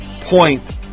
point